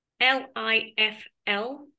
L-I-F-L